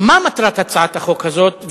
מה מטרת הצעת החוק הזאת?